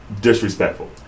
Disrespectful